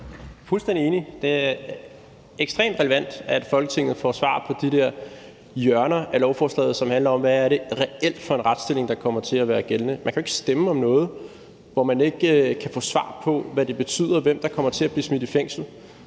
Jeg er fuldstændig enig. Det er ekstremt relevant, at Folketinget får svar på de der hjørner af lovforslaget, som handler om, hvad det reelt er for en retsstilling, der kommer til at være gældende. Man kan jo ikke stemme om noget, hvor man ikke kan få svar på, hvad det betyder, og hvem der kommer til at blive smidt i fængsel.